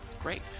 great